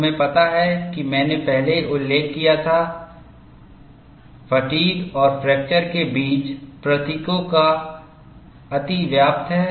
तुम्हें पता है कि मैंने पहले ही उल्लेख किया था फ़ैटिग् और फ्रैक्चर के बीच प्रतीकों का अतिव्याप्त है